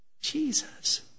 Jesus